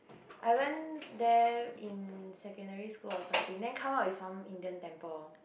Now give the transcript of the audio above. I went there in secondary school or something then come out is some Indian temple